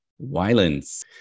violence